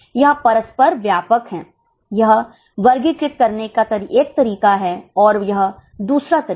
यह परस्पर व्यापक है वह वर्गीकृत करने का एक तरीका है और यह दूसरा तरीका